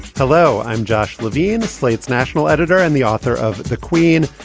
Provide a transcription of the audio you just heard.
hello, i'm josh levine, slate's national editor and the author of the queen,